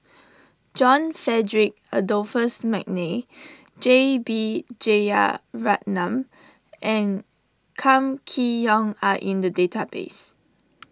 John Frederick Adolphus McNair J B Jeyaretnam and Kam Kee Yong are in the database